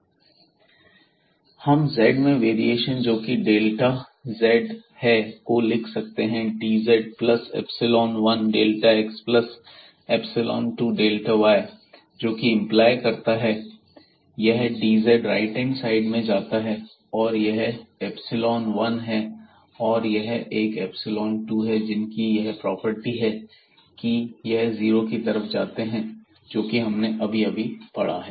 Δxx2y2xΔyx2y2y हम z में variation जोकि डेल्टा z है को लिख सकते हैं dz plus epsilon 1 delta x plus epsilon 2 delta y जोकी एंप्लॉय करता है यह dz राइट हैंड साइड में जाता है और यह इप्सिलोन 1 है और यह एक इप्सिलोन 2 है जिनकी यह प्रॉपर्टी है की है जीरो की तरफ जाते हैं जो हमने अभी अभी पढ़ा है